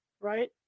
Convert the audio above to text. Right